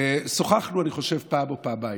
ושוחחנו, אני חושב, פעם או פעמיים.